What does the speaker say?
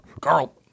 Carl